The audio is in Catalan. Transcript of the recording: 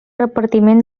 repartiment